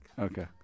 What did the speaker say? okay